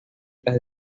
las